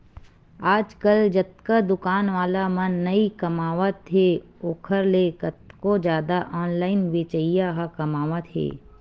आजकल जतका दुकान वाला मन नइ कमावत हे ओखर ले कतको जादा ऑनलाइन बेचइया ह कमावत हें